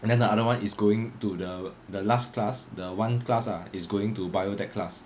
and then the other one is going to the the last class the one class ah is going to biotech class